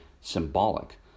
symbolic